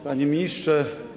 Panie Ministrze!